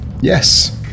yes